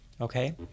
okay